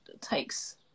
takes